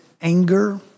anger